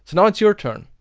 now it's your turn,